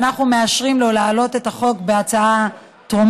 ואנחנו מאשרים לו להעלות את הצעת החוק בקריאה טרומית.